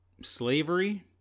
slavery